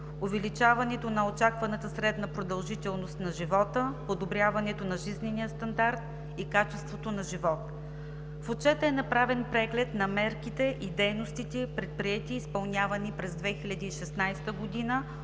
увеличаването на очакваната средна продължителност на живота; подобряването на жизнения стандарт и качеството на живот. В Отчета е направен преглед на мерките и дейностите, предприети и изпълнявани през 2016 г.